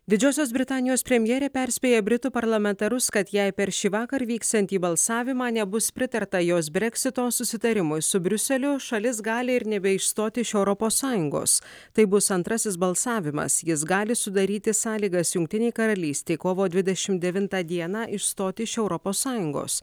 didžiosios britanijos premjerė perspėja britų parlamentarus kad jei per šįvakar vyksiantį balsavimą nebus pritarta jos breksito susitarimui su briuseliu šalis gali ir nebe išstoti iš europos sąjungos tai bus antrasis balsavimas jis gali sudaryti sąlygas jungtinei karalystei kovo dvidešimt devintą dieną išstoti iš europos sąjungos